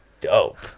dope